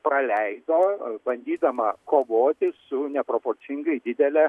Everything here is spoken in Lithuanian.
praleido bandydama kovoti su neproporcingai didele